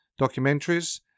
documentaries